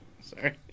Sorry